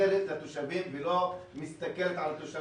מתאכזרת לתושבים ולא מסתכלת על התושב.